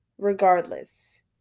Regardless